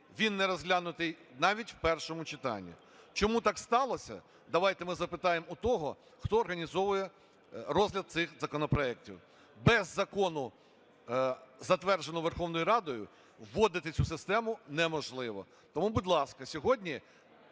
він не розглянутий навіть в першому читанні. Чому так сталося? Давайте ми запитаємо у того, хто організовує розгляд цих законопроектів. Без закону, затвердженого Верховною Радою, вводити цю систему неможливо. Тому, будь ласка, сьогодні